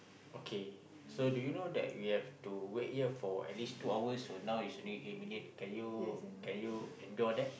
okay so do you know that we have to wait here for at least two hours but now it's only eight minute can you can you go with that